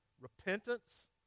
Repentance